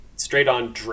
straight-on